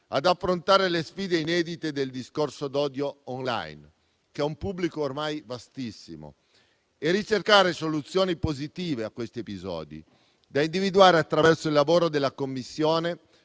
affrontare le sfide inedite del discorso d'odio *online*, che ha un pubblico ormai vastissimo e ricercare soluzioni positive a questi episodi, da individuare attraverso il lavoro della Commissione,